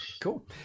cool